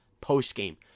post-game